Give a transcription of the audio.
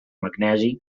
magnesi